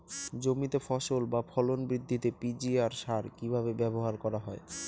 জমিতে ফসল বা ফলন বৃদ্ধিতে পি.জি.আর সার কীভাবে ব্যবহার করা হয়?